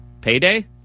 Payday